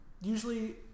usually